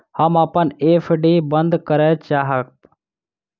हम अपन एफ.डी बंद करय चाहब